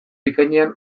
bikainean